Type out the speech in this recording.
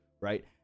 right